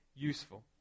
Useful